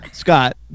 Scott